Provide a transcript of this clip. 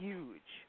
Huge